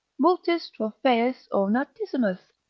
multis trophaeus ornatissimus,